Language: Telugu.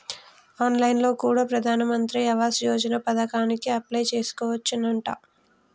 ఆన్ లైన్ లో కూడా ప్రధాన్ మంత్రి ఆవాస్ యోజన పథకానికి అప్లై చేసుకోవచ్చునంట